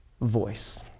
voice